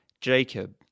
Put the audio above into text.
Jacob